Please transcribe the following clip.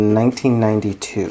1992